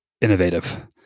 innovative